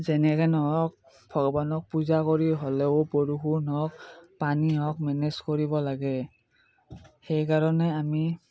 যেনেকে নহওক ভগৱানক পূজা কৰি হ'লেও বৰষুণ হওক পানী হওক মেনেজ কৰিব লাগে সেই কাৰণে আমি